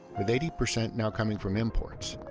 with eighty percent now coming from imports,